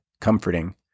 comforting